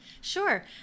Sure